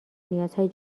نیازهای